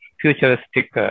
futuristic